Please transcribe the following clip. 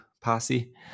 posse